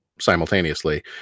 simultaneously